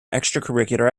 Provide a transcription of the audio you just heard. extracurricular